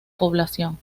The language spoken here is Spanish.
población